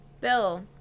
Bill